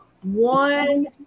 one